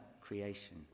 creation